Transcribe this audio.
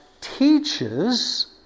teaches